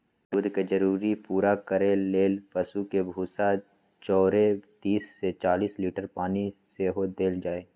दूध के जरूरी पूरा करे लेल पशु के भूसा जौरे तीस से चालीस लीटर पानी सेहो देल जाय